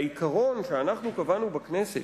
העיקרון שאנחנו קבענו בכנסת,